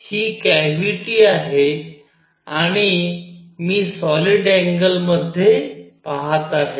ही cavity आहे आणि मी सॉलिड अँगल मध्ये पहात आहे